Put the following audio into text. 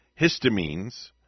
histamines